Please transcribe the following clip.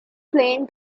plane